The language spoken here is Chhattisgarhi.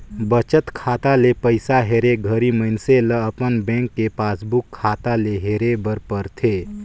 बचत खाता ले पइसा हेरे घरी मइनसे ल अपन बेंक के पासबुक खाता ले हेरे बर परथे